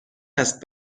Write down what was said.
است